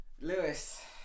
Lewis